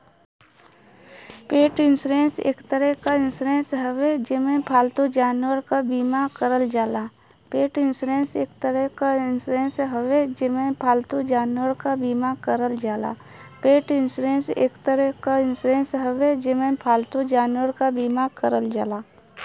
पेट इन्शुरन्स एक तरे क इन्शुरन्स हउवे जेमन पालतू जानवरन क बीमा करल जाला